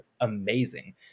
amazing